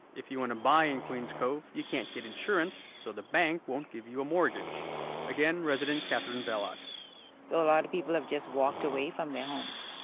if you want to buy in queen's cove, you can't get insurance, so the bank won't give you a mortgage again, resident katherine bellott so a lot of people have just walked away from their homes.